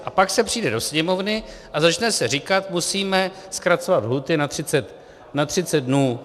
A pak se přijde do Sněmovny a začne se říkat, musíme zkracovat lhůty na 30 dnů.